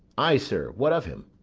ay, sir, what of him?